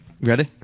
ready